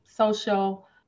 social